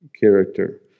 character